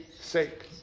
sake